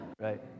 right